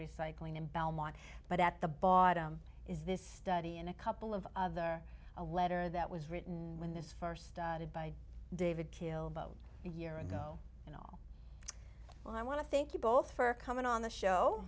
recycling in belmont but at the bottom is this study in a couple of other a letter that was written when this first started by david kill about year ago and well i want to thank you both for coming on the show